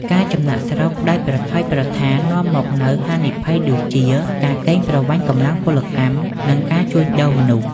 ការចំណាកស្រុកដោយប្រថុយប្រថាននាំមកនូវហានិភ័យដូចជា ការកេងប្រវ័ញ្ចកម្លាំងពលកម្ម និងការជួញដូរមនុស្ស។